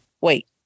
Wait